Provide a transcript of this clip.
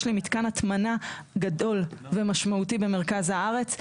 יש לי מתקן הטמנה גדול ומשמעותי במרכז הארץ.